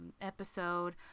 episode